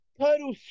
total